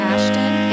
Ashton